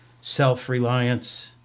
self-reliance